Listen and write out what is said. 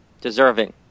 deserving